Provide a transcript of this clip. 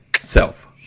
Self